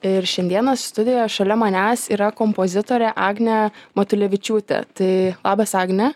ir šiandieną studijoje šalia manęs yra kompozitorė agnė matulevičiūtė tai labas agne